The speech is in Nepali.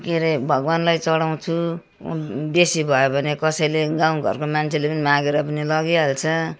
के अरे भगवान्लाई चढाउँछु बेसी भयो भने कसैले गाउँ घरको मान्छेले पनि मागेर पनि लगिहाल्छ